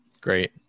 Great